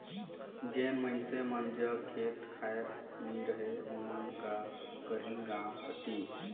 जेन मइनसे मन जग खेत खाएर नी रहें ओमन का करहीं गाँव कती